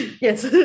yes